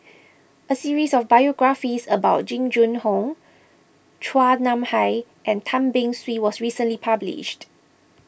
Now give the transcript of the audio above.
a series of biographies about Jing Jun Hong Chua Nam Hai and Tan Beng Swee was recently published